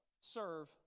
serve